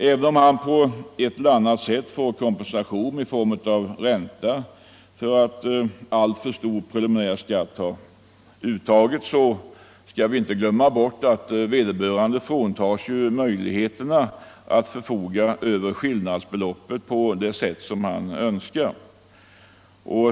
Även om han på ett eller annat sätt får kompensation i form av ränta för att alltför stor preliminär skatt har uttagits skall vi inte glömma att vederbörande ju fråntas möjligheterna att förfoga över skillnadsbeloppet på det sätt som han önskar.